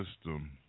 system